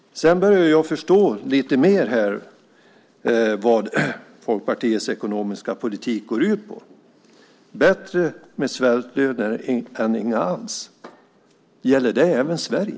Jag börjar förstå lite mer vad Folkpartiets ekonomiska politik går ut på. Det är bättre med svältlöner än inga alls. Gäller det även Sverige?